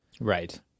Right